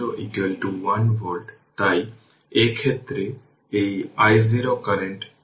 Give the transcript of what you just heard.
এবং এই ইন্ডাক্টর হল 5 হেনরি এটি 20 হেনরি